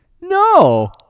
No